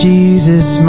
Jesus